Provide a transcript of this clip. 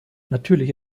natürlich